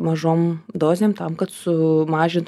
mažom dozėm tam kad sumažint